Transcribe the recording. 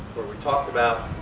where we talked about a